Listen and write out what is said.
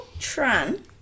Tran